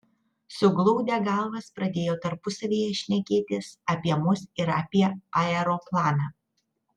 suglaudę galvas pradėjo tarpusavyje šnekėtis apie mus ir apie aeroplaną